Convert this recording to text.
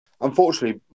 unfortunately